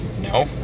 No